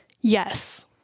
Yes